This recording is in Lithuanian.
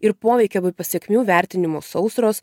ir poveikio pasekmių vertinimo sausros